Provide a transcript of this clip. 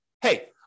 hey